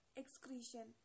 excretion